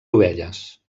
ovelles